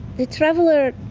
the traveler.